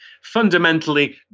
fundamentally